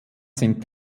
sind